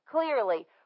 clearly